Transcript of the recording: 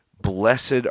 Blessed